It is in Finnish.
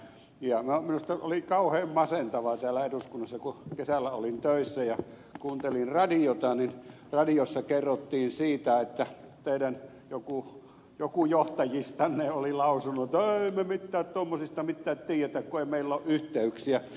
ja minusta oli kauhean masentavaa täällä eduskunnassa kun kesällä olin töissä ja kuuntelin radiota kun radiossa kerrottiin siitä että joku teidän johtajistanne oli lausunut että ei me tommosista mittää tiijetä ku ei meilloo yhteyksiä